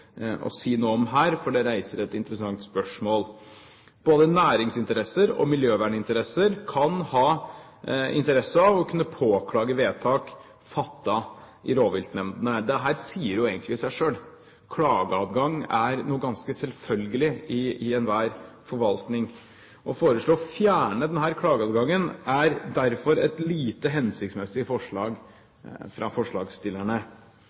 å si noe om her, for det reiser et interessant spørsmål. Både næringsinteresser og miljøverninteresser kan ha interesse av å kunne påklage vedtak fattet i rovviltnemndene. Det sier egentlig seg selv. Klageadgang er noe ganske selvfølgelig i enhver forvaltning. Å foreslå å fjerne denne klageadgangen er derfor et lite hensiktsmessig forslag fra forslagsstillerne.